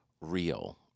real